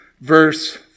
verse